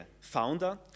founder